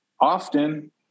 Often